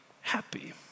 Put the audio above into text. happy